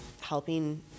helping